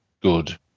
good